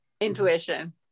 Intuition